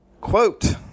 Quote